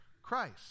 christ